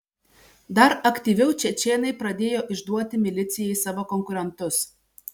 dar aktyviau čečėnai pradėjo išduoti milicijai savo konkurentus